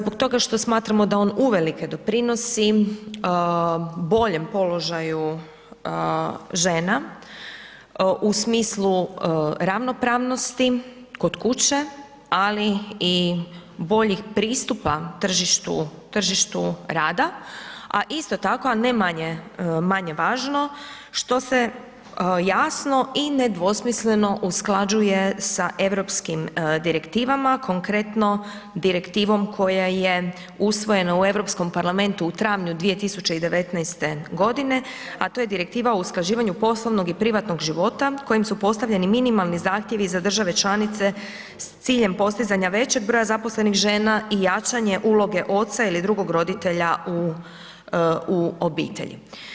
Zbog toga što smatramo da on uvelike doprinosi boljem položaju žena u smislu ravnopravnosti kod kuće, ali i boljih pristupa tržištu, tržištu rada, a isto tako a ne manje važno što se jasno i nedvosmisleno usklađuje sa europskim direktivama konkretno direktivom koja je usvojena u Europskom parlamentu u travnju 2019. godine, a to je direktiva o usklađivanju poslovnog i privatnog života kojom su postavljeni minimalni zahtjevi za države članice s ciljem postizanja većeg broja zaposlenih žena i jačanje uloge oca ili drugog roditelja u obitelji.